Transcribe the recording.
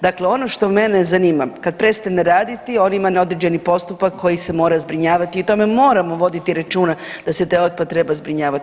Dakle, ono što mene zanima kad prestane raditi on ima određeni postupak koji se mora zbrinjavati i o tome moramo voditi računa, da se taj otpad treba zbrinjavati.